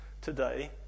today